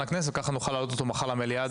הכנסת וככה נוכל להעלות אותו מחר למליאה,